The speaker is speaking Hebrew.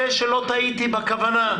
שלא טעיתי בכוונה,